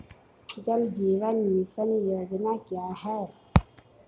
जल जीवन मिशन योजना क्या है?